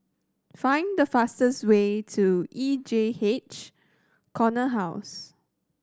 find the fastest way to E J H Corner House